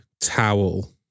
towel